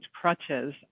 crutches